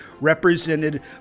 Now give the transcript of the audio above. represented